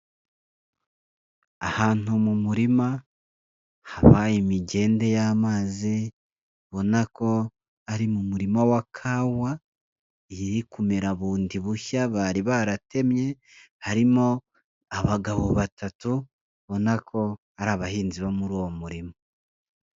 Ahantu mu murima haba imigende y'amazi ubona ko ari mu murima wa kawa iri kumera bundi bushya bari baratemye, harimo abagabo batatu ubona ko ari abahinzi bo muri uwo murima.